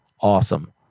awesome